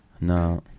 no